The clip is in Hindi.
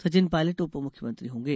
सचिन पायलट उप मुख्यमंत्री होंगे